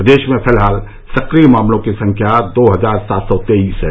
प्रदेश में फिलहाल सक्रिय मामलों की संख्या दो हजार सात सौ तेईस है